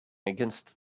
against